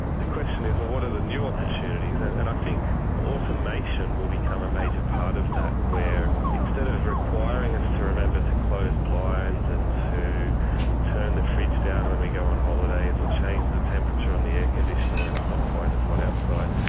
the question is, well, what are the new opportunities? and and i think automation will become a major part of that, where instead of requiring us to remember to close blinds and to turn the fridge down when we go on holidays or change the temperature on the air-conditioner when it's not quite as hot outside,